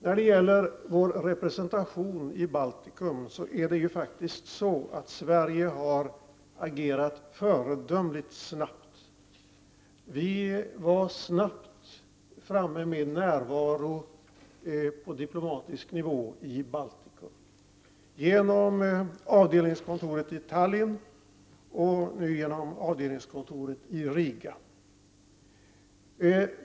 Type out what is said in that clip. Sverige har reagerat föredömligt snabbt när det gäller vår representation i Baltikum. Vi fick tidigt närvaro på diplomatisk nivå i Baltikum genom avdelningskontoret i Tallinn och nu genom avdelningskontoret i Riga.